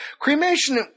cremation